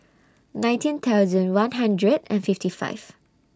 nineteen thousand one hundred and fifty five